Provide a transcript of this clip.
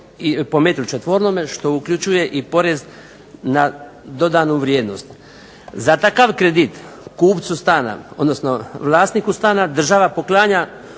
1900 eura po m2 što uključuje i porez na dodanu vrijednost. Za takav kredit kupcu stana odnosno vlasniku stana država poklanja